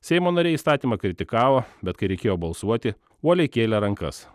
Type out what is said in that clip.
seimo nariai įstatymą kritikavo bet kai reikėjo balsuoti uoliai kėlė rankas